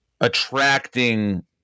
attracting